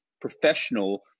professional